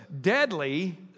deadly